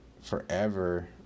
forever